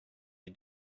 you